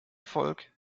volk